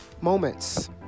moments